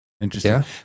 Interesting